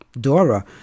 Dora